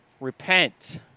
Repent